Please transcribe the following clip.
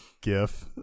gif